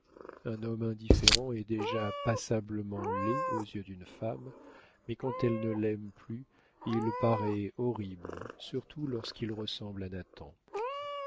un homme indifférent est déjà passablement laid aux yeux d'une femme mais quand elle ne l'aime plus il paraît horrible surtout lorsqu'il ressemble à